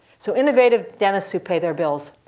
so innovative dentists who pay their bills,